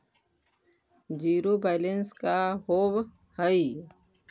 Zero balance का होव हइ?